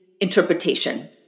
interpretation